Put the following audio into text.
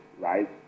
right